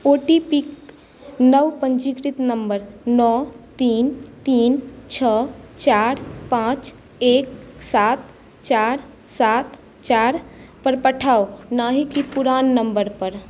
ओ T P क नव पंजीकृत नम्बर नओ तीन तीन छओ चारि पाँच एक सात चारि सात चारि पर पठाउ नहि कि पुरान नम्बर पर